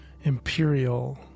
imperial